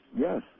Yes